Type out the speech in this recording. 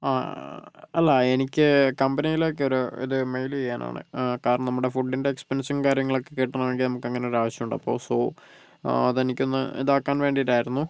അല്ല എനിക്ക് കമ്പനിയിലേക്ക് ഒരു ഇത് മെയിൽ ചെയ്യാനാണ് കാരണം നമ്മുടെ ഫുഡിന്റെ എക്സ്പെൻസും കാര്യങ്ങളുമൊക്കെ കിട്ടണമെങ്കിൽ നമുക്ക് അങ്ങനെ ഒരു ആവശ്യമുണ്ട് അപ്പോൾ സൊ അത് എനിക്കൊന്ന് ഇതാക്കാൻ വേണ്ടിയിട്ടായിരുന്നു